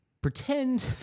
pretend